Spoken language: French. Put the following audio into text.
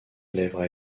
lèvres